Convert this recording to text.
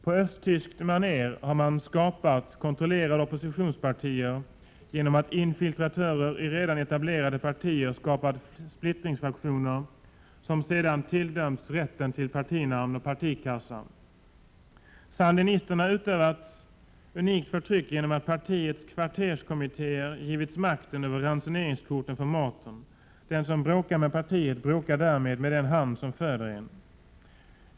På östtyskt maner har man skapat kontrollerade oppositionspartier, genom att infiltratörer i redan etablerade partier skapat splittringsfraktioner som sedan tilldömts rätten till partinamn och partikassa. Sandinisterna utövar ett unikt förtryck genom att partiets kvarterskommittéer givits makten över ransoneringskorten för maten. Den som bråkar med partiet bråkar därmed med den hand som föder en.